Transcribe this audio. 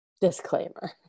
Disclaimer